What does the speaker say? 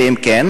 2. אם כן,